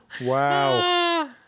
Wow